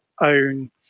own